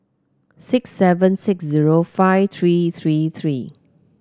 six seven six zero five three three three